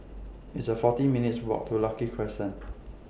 It's A forty minutes' Walk to Lucky Crescent